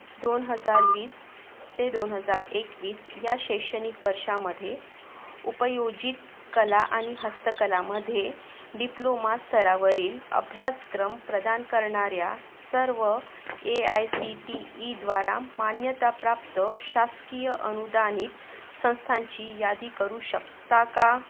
दोन हजार वीस ते दोन हजार एकवीस या शैक्षणिक वर्षामध्ये उपयोजित कला आणि हस्तकलामध्ये डिप्लोमा स्तरावरील अभ्यासक्रम प्रदान करणाऱ्या सर्व ए आय सी टी ईद्वारा मान्यताप्राप्त शासकीय अनुदानित संस्थांची यादी करू शकता का